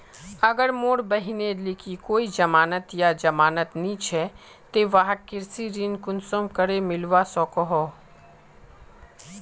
अगर मोर बहिनेर लिकी कोई जमानत या जमानत नि छे ते वाहक कृषि ऋण कुंसम करे मिलवा सको हो?